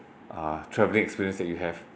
uh travelling experience that you have